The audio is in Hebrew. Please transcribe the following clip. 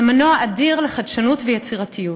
זה מנוע אדיר לחדשנות ויצירתיות.